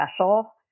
special